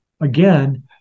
again